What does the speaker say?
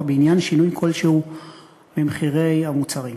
בעניין שינוי כלשהו במחירי המוצרים.